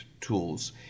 tools